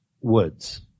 Woods